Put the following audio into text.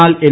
എന്നാൽ എൻ